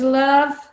love